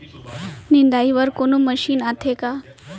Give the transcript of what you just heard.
निंदाई बर कोनो मशीन आथे का?